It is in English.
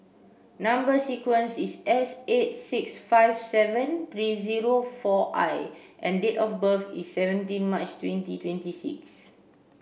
number sequence is S eight six five seven three zero four I and date of birth is seventeen March twenty twenty six